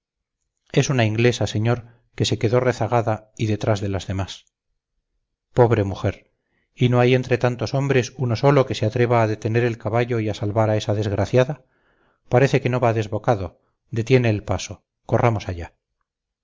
es una inglesa señor que se quedó rezagada y detrás de las demás pobre mujer y no hay entre tantos hombres uno solo que se atreva a detener el caballo y salvar a esa desgraciada parece que no va desbocado detiene el paso corramos allá